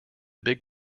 big